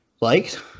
liked